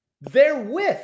therewith